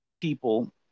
people